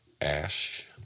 Ash